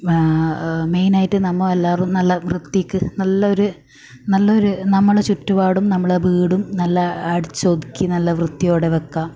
മെയിനായിട്ട് നമ്മൾ എല്ലാവരും നല്ല വൃത്തിക്ക് നല്ല ഒരു നല്ലൊരു നമ്മളെ ചുറ്റുപാടും നമ്മളെ വീടും നല്ല അടിച്ചൊതുക്കി നല്ല വൃത്തിയോടെ വെക്കുക